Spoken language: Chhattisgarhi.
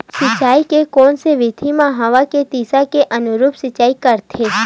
सिंचाई के कोन से विधि म हवा के दिशा के अनुरूप सिंचाई करथे?